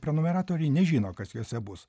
prenumeratoriai nežino kas juose bus